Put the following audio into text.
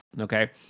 okay